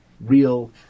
real